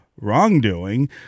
wrongdoing